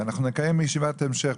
אנחנו נקיים ישיבת המשך,